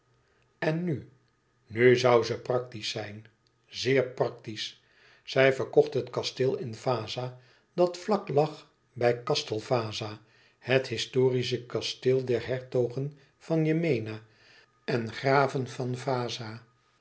en nu nu zoû ze praktisch zijn zeer praktisch zij verkocht het kasteel in vaza dat vlak lag bij castel vaza het historische kasteel der hertogen van yemena en graven van vaza